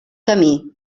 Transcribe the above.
camí